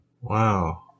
Wow